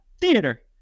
theater